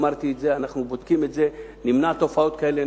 אמרתי, אנחנו בודקים את זה ונמנע תופעות כאלה.